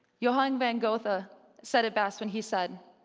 johann von goethe ah said it best when he said,